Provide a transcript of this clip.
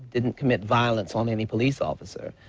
didn't commit violence on any police officer.